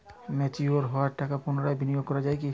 Mature হওয়া টাকা পুনরায় বিনিয়োগ করা য়ায় কি?